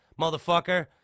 motherfucker